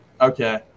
okay